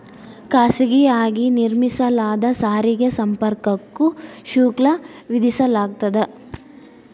ಖಾಸಗಿಯಾಗಿ ನಿರ್ಮಿಸಲಾದ ಸಾರಿಗೆ ಸಂಪರ್ಕಕ್ಕೂ ಶುಲ್ಕ ವಿಧಿಸಲಾಗ್ತದ